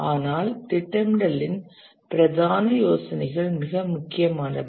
ஆனால் திட்டமிடலின் பிரதான யோசனைகள் மிக முக்கியமானவை